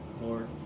Lord